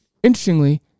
Interestingly